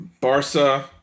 Barca